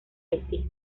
haití